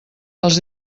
els